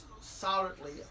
solidly